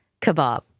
kebab